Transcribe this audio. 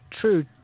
True